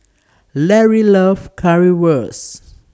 Lary loves Currywurst